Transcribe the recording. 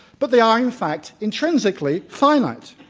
but they are in fact intrinsically finite.